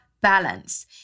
balance